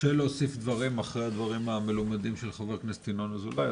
קשה להוסיף דברים אחרי הדברים המלומדים של ח"כ ינון אזולאי,